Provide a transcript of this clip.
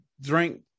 drink